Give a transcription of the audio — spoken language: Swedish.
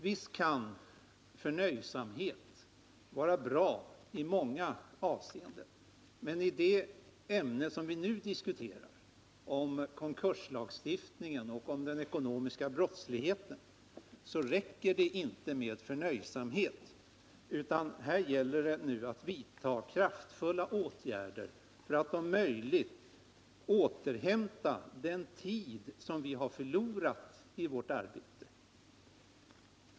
Visst kan förnöjsamhet vara bra i många avseenden, men när det gäller det ämne som vi nu diskuterar och som avser konkurslagstiftningen och den ekonomiska brottsligheten räcker det inte med förnöjsamhet, utan det gäller att vidta kraftfulla åtgärder för att om möjligt återhämta den tid som vi förlorat i vårt arbete.